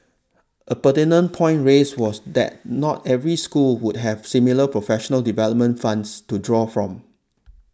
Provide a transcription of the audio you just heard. a pertinent point raised was that not every school would have similar professional development fund to draw from